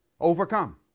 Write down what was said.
Overcome